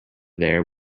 there